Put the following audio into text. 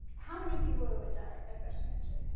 how many fewer would die of breast cancer?